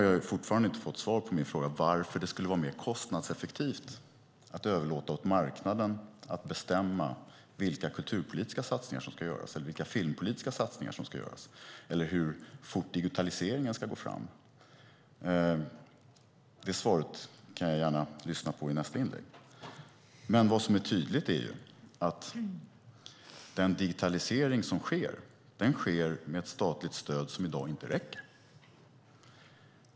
Jag har inte fått svar på mina frågor om varför det skulle vara mer kostnadseffektivt att överlåta åt marknaden att bestämma vilka kulturpolitiska eller filmpolitiska satsningar som ska göras och hur fort digitaliseringen ska gå fram. Jag lyssnar gärna till svaren i kulturministerns nästa inlägg. Vad som är tydligt är dock att den digitalisering som sker i dag sker med ett statligt stöd som inte räcker.